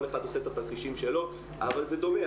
כל אחד עושה את התרחישים שלו, אבל זה דומה.